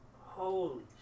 Holy